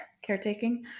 caretaking